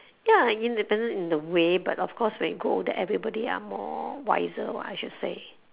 ya independent in the way but of course when you grow older everybody are more wiser [what] I should say